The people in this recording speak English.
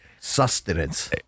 sustenance